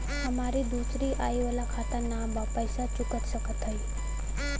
हमारी दूसरी आई वाला खाता ना बा पैसा चुका सकत हई?